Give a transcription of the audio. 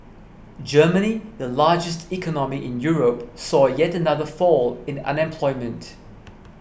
Germany the largest economy in Europe saw yet another fall in unemployment